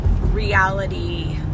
reality